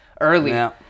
early